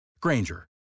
Granger